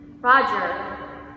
Roger